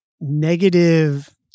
Negative